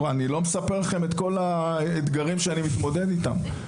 אני לא מספר לכם את כל האתגרים שאני מתמודד איתם.